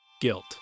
Guilt